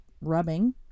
rubbing